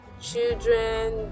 children